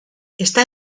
está